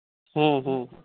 ᱦᱮᱸ ᱦᱮᱸ